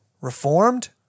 reformed